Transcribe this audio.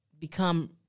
become